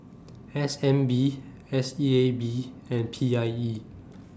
S N B S E A B and P I E